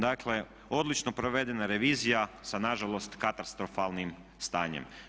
Dakle, odlično provedena revizija sa na žalost katastrofalnim stanjem.